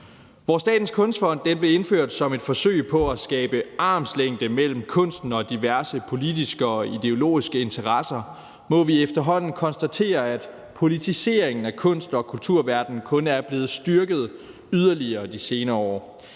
Hvor Statens Kunstfond blev indført som et forsøg på at skabe armslængde mellem kunsten og diverse politiske og ideologiske interesser, må vi efterhånden konstatere, at politiseringen af kunst- og kulturverdenen kun er blevet styrket yderligere de senere år.